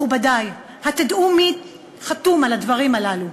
מכובדי, התדעו מי חתום על הדברים הללו?